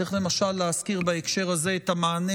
צריך למשל להזכיר בהקשר הזה את המענה